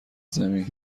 زمین